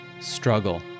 Struggle